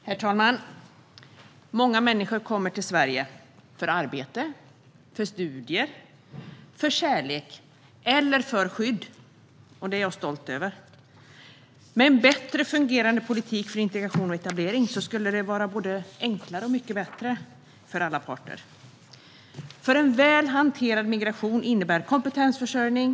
Herr talman! Många människor kommer till Sverige för arbete, studier, kärlek eller skydd. Det är jag stolt över. Med en bättre fungerande politik för integration och etablering skulle det vara både enklare och mycket bättre för alla parter - för en väl hanterad migration innebär kompetensförsörjning.